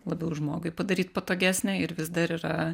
labiau žmogui padaryt patogesnę ir vis dar yra